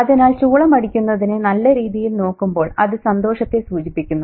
അതിനാൽ ചൂളമടിക്കുന്നതിനെ നല്ല രീതിയിൽ നോക്കുമ്പോൾ അത് സന്തോഷത്തെ സൂചിപ്പിക്കുന്നു